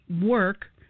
work